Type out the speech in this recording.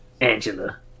Angela